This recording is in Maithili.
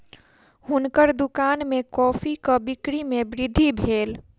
हुनकर दुकान में कॉफ़ीक बिक्री में वृद्धि भेल